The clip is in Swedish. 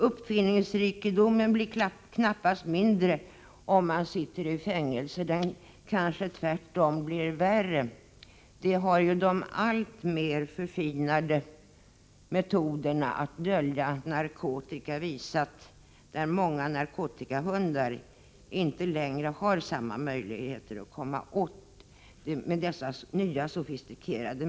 Uppfinningsrikedomen blir knappast mindre när man sitter i fängelse utan blir kanske tvärtom större. Det har de alltmer förfinade metoderna att dölja narkotika visat. Narkotikahundarna har på grund av de nya och sofistikerade metoderna många gånger inte längre samma möjligheter som tidigare att komma åt narkotikan.